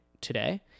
today